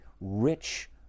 rich